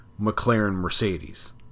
McLaren-Mercedes